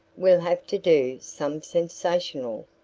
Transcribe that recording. we'll have to do some sensational,